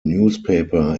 newspaper